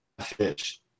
fish